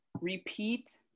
repeat